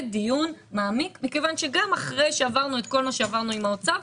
דיון מעמיק מכיוון שגם אחרי שעברנו את כל מה שעברנו עם האוצר,